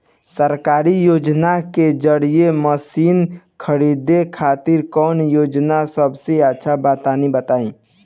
सरकारी योजना के जरिए मशीन खरीदे खातिर कौन योजना सबसे अच्छा बा तनि बताई?